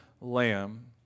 Lamb